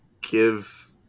give